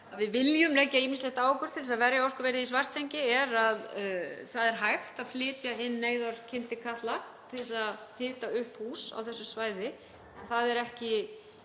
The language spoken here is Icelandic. við viljum leggja ýmislegt á okkur til þess að verja orkuverið í Svartsengi er að það er hægt að flytja inn neyðarkyndikatla til þess að hita upp hús á þessu svæði,